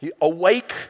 Awake